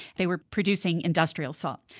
they were producing industrial salt,